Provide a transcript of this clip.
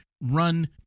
run